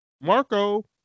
Marco